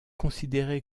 considéré